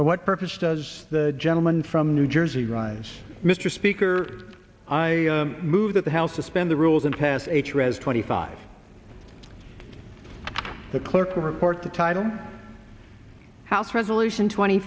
for what purpose does the gentleman from new jersey rise mr speaker i move that the house suspend the rules and pass a trs twenty five the clerk will report the title house resolution twenty